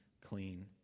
clean